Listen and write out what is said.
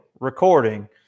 Recording